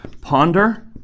ponder